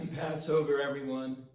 passover everyone,